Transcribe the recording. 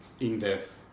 in-depth